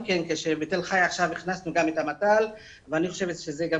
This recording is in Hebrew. בתל חי הכנסנו את המת"ל ואני חושבת שזה גם